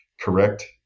correct